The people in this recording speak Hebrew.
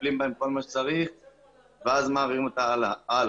מטפלים בהם בכל מה שצריך ואז מעבירים אותם הלאה.